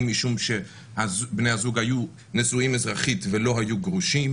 אם משום שבני הזוג היו נשואים אזרחית ולא היו גרושים,